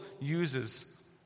uses